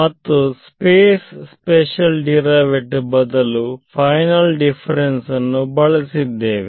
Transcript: ಮತ್ತು space special derivative ಬದಲು final difference ಅನ್ನು ಬಳಸಿದ್ದೇವೆ